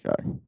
Okay